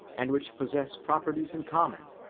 and which possess properties in common,